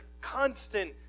constant